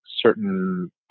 certain